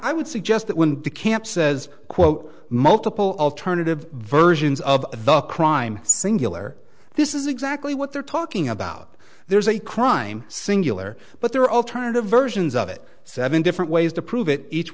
i would suggest that when de camp says quote multiple alternative versions of the crime singular this is exactly what they're talking about there is a crime singular but there are alternative versions of it seven different ways to prove it each